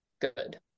good